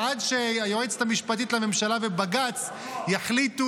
עד שהיועצת המשפטית לממשלה ובג"ץ יחליטו